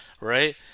right